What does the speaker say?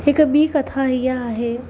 हिकु ॿी कथा हीअं आहे